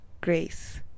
Grace